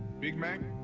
big mac.